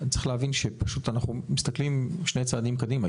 צריך להבין שאנחנו מסתכלים שני צעדים קדימה.